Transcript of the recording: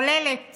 הכוללת